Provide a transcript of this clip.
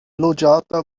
loĝata